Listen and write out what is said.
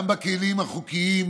גם בכלים החוקיים,